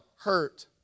hurt